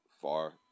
far